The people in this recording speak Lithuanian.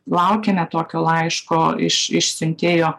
laukiame tokio laiško iš iš siuntėjo